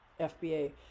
FBA